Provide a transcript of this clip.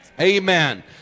Amen